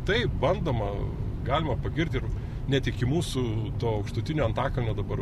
taip bandoma galima pagirt ir net iki mūsų aukštutinio antakalnio dabar